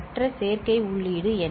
மற்ற சேர்க்கை உள்ளீடு என்ன